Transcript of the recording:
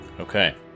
Okay